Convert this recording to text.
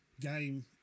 game